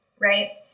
right